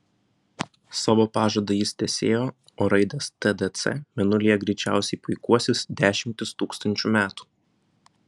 savo pažadą jis tęsėjo o raidės tdc mėnulyje greičiausiai puikuosis dešimtis tūkstančių metų